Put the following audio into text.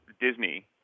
Disney